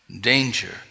Danger